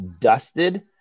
dusted